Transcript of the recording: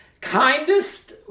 kindest